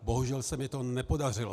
Bohužel se mi to nepodařilo.